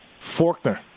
Forkner